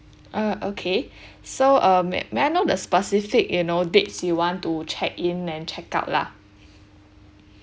uh okay so um may I know the specific you know dates you want to check in and check out lah